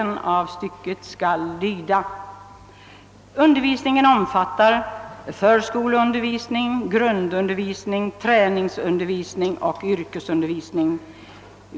stycket skall lyda: »Undervisningen omfattar förskolundervisning, grundundervisning, träningsundervisning och yrkesundervisning.